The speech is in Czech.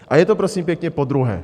A je to prosím pěkně podruhé.